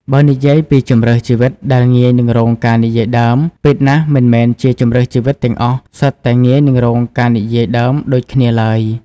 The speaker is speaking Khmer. បើនិយាយពីជម្រើសជីវិតដែលងាយនឹងរងការនិយាយដើម ពិតណាស់មិនមែនជម្រើសជីវិតទាំងអស់សុទ្ធតែងាយនឹងរងការនិយាយដើមដូចគ្នាឡើយ។